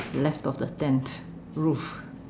left of the tent roof